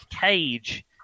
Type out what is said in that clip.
cage